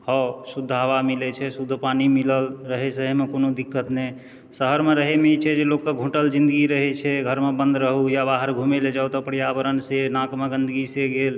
खाउ शुद्ध हवा मिलै छै शुद्ध पानि मिलल रहैए सहैए मे कोनो दिक्कत नहि शहरमे रहैमे ई छै जे लोकके घुटल जिन्दगी रहैत छै घरमे बन्द रहू या बाहर घुमैए लए जाउ तऽ पर्यावरणसँ नाकमे गन्दगी से गेल